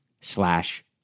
slash